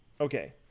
okay